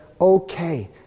okay